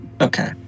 Okay